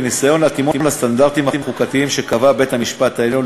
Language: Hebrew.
בניסיון להתאימו לסטנדרטים החוקתיים שקבע בית-המשפט העליון,